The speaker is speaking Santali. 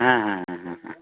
ᱦᱮᱸ ᱦᱮᱸᱦᱮᱸ